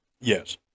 Yes